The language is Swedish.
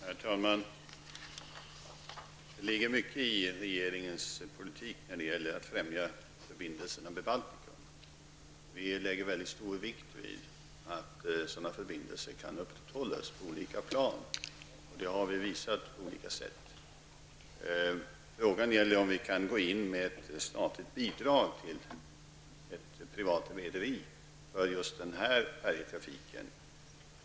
Herr talman! Det ligger mycket i regeringens politik när det gäller att främja förbindelserna med Baltikum. Vi lägger mycket stor vikt vid att sådana förbindelser kan upprätthållas på olika plan, och det har vi visat på skilda sätt. Frågan gäller nu om vi kan ge statligt bidrag till ett privat rederi för just den här färjetrafiken.